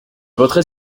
voterai